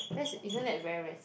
that's isn't that very very